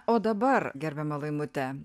o dabar gerbiama laimute